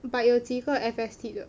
but 有几个 F_S_T 的